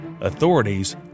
Authorities